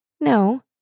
No